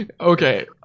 Okay